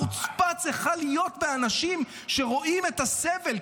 כמה חוצפה צריכה להיות לאנשים שרואים את הסבל?